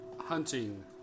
hunting